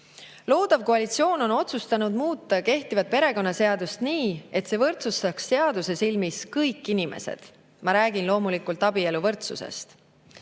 Loodav koalitsioon on otsustanud muuta kehtivat perekonnaseadust nii, et see võrdsustaks seaduse silmis kõik inimesed. Ma räägin loomulikult abieluvõrdsusest.